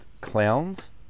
Clowns